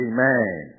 Amen